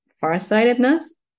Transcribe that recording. farsightedness